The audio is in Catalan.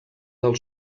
del